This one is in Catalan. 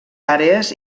àrees